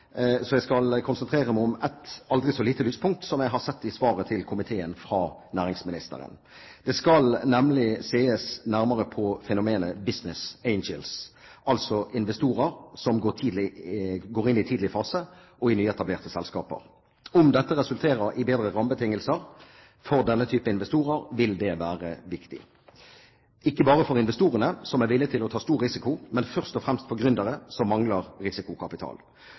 så jeg skal konsentrere meg om et aldri så lite lyspunkt som jeg har sett i svaret til komiteen, fra næringsministeren. Det skal nemlig ses nærmere på fenomenet Business Angels, altså investorer som går inn i tidlig fase og i nyetablerte selskaper. Om dette resulterer i bedre rammebetingelser for denne type investorer, vil det være viktig, ikke bare for investorene, som er villige til å ta stor risiko, men først og fremst for gründere som mangler risikokapital.